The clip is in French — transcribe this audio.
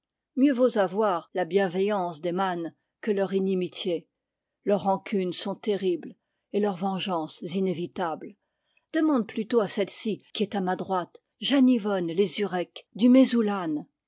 mieux vaut avoir la bienveillance des mânesque leur inimitié leurs rancunes sont terribles et leurs vengeances inévitables demande plutôt à celle-ci qui est à ma droite jeanne yvonne lézurec du